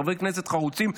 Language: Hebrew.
חברי כנסת חרוצים,